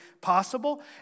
possible